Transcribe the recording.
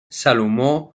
salomó